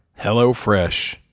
HelloFresh